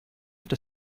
have